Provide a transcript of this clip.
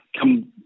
Come